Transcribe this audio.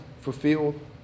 fulfilled